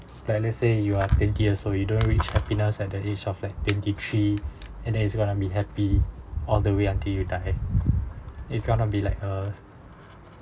like let's say you are twenty years old so you don't reach happiness at the age of like twenty three and then he's going to be happy all the way until you die it's going to be like uh